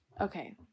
Okay